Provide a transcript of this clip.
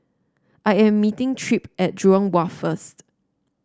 I am meeting Tripp at Jurong Wharf first